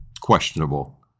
questionable